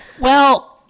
Well-